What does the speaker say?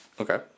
Okay